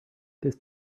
this